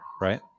right